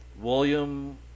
William